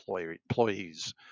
employees